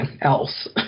else